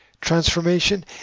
Transformation